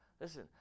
Listen